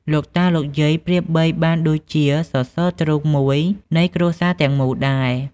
លោកតា លោកយាយប្រៀបបីបានដូចជាសសរទ្រូងមួយនៃគ្រួសារទាំងមូលដែរ។